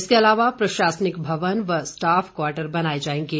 इसके अलावा प्रशासनिक भवन व स्टाफ क्वाटर बनाए जाएंगे